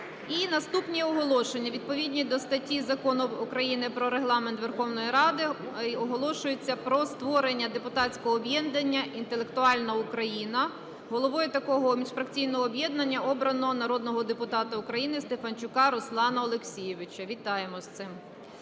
наступні оголошення. Відповідно до статті Закону України "Про Регламент Верховної Ради" оголошується про створення депутатського об'єднання "Інтелектуальна Україна". Головою такого міжфракційного об'єднання обрано народного депутата України Стефанчука Руслана Олексійовича. Вітаємо з цим.